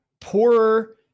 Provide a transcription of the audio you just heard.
poorer